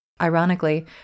Ironically